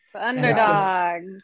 underdogs